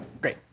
Great